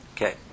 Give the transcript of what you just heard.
Okay